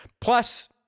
Plus